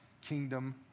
kingdom